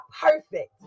perfect